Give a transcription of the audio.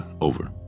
over